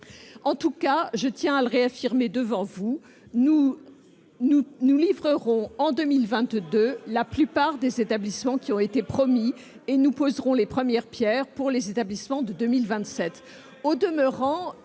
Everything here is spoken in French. la question. Je tiens à réaffirmer devant vous que nous livrerons en 2022 la plupart des établissements qui ont été promis et que nous poserons les premières pierres des établissements prévus